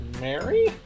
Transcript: Mary